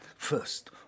First